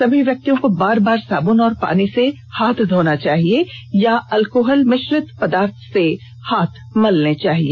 सभी व्यक्तियों को बार बार साब्न और पानी से पानी से हाथ धोना चाहिए अथवा अल्कोहल मिश्रित पदार्थ से हाथ मलने चाहिए